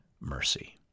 mercy